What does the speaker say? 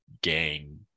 gang